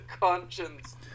conscience